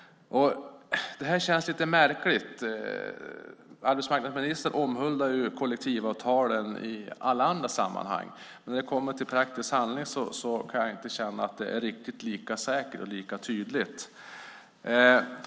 Det här känns lite märkligt. Arbetsmarknadsministern omhuldar ju kollektivavtalen i alla andra sammanhang, men när det kommer till praktisk handling är det inte riktigt lika säkert och tydligt.